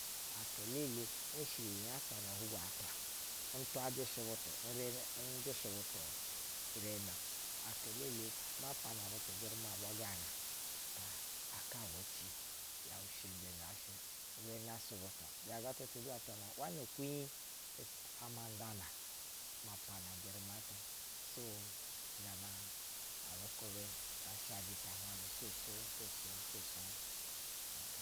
Aka elele n shɛ iyi nyasa no ohugwo atwa n twajɛ shɛ butu, n njɛ shɛ butu ihiɛmɛ-o aka elele ma pana butu ujɛruma ma lana ta aka bwa ci yashɛ umbe ngaa shɛ urenasu butu aana ga ta ta du atwa n awa ne ekwunyi i sh ama ngbana ama pana jɛruma ata so gama abu jwubɛ ya sha jita naan a son soh soh soh soh